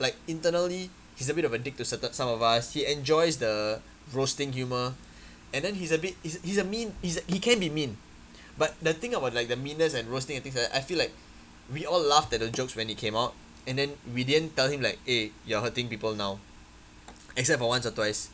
like internally he's a bit of a dick to certain some of us he enjoys the roasting humor and then he's a bit he's he's a mean he's he can be mean but the thing about like the meanness and roasting and things like that I feel like we all laughed at the jokes when he came out and then we didn't tell him like eh you are hurting people now except for once or twice